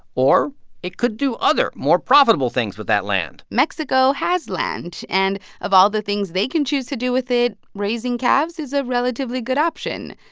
or it could do other, more profitable things with that land mexico has land, and, of all the things they can choose to do with it, raising calves is a relatively good option.